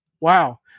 wow